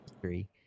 three